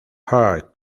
hearts